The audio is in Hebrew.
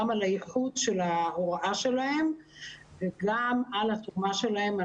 גם על איכות ההוראה שלהם וגם על התרומה שלהם.